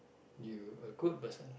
you a good person